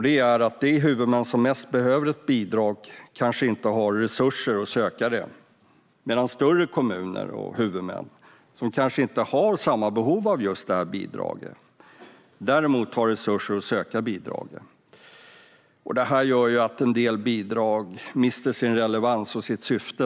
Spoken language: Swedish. Det är att de huvudmän som mest behöver ett bidrag kanske inte har resurser att söka det, medan större kommuner och huvudmän, som kanske inte har samma behov av just detta bidrag, däremot har resurser att söka bidraget. Detta gör naturligtvis att en del bidrag mister sin relevans och sitt syfte.